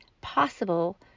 possible